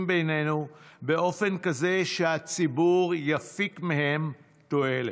בינינו באופן כזה שהציבור יפיק מהם תועלת,